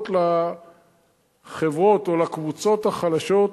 שנוגעות לחברות או לקבוצות החלשות.